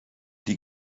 die